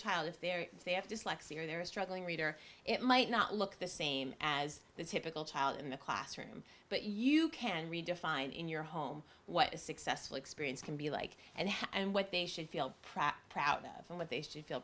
child if their they have dyslexia or they're struggling reader it might not look the same as the typical child in the classroom but you can redefine in your home what a successful experience can be like and how and what they should feel proud of what they should feel